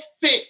fit